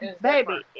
Baby